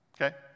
okay